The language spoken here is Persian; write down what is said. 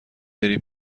بری